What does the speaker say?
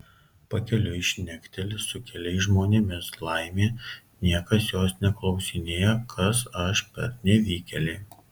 pakeliui šnekteli su keliais žmonėmis laimė niekas jos neklausinėja kas aš per nevykėlė